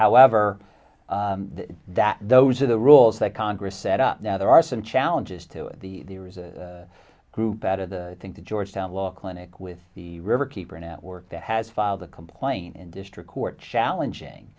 however that those are the rules that congress set up now there are some challenges to it the there is a group out of the thing to georgetown law clinic with the riverkeeper network that has filed a complaint in district court challenging